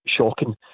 shocking